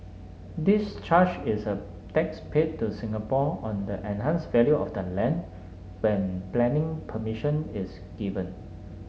this charge is a tax paid to Singapore on the enhanced value of the land when planning permission is given